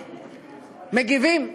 מגיבים,